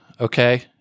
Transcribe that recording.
okay